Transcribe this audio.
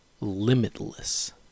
Limitless